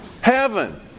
Heaven